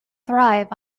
thrive